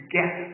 get